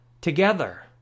together